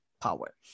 power